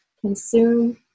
consume